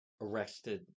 arrested